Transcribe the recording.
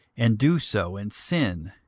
and do so, and sin,